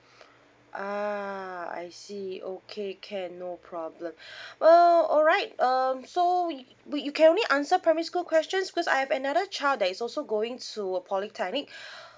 ah I see okay can no problem well alright um so we we you can only answer primary school questions cause I have another child that is also going to a polytechnic